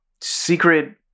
secret